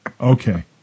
Okay